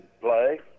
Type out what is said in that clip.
play